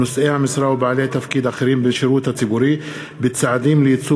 נושאי המשרה ובעלי תפקיד אחרים בשירות הציבורי בצעדים לייצוב